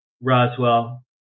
Roswell